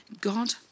God